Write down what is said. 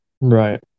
right